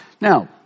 Now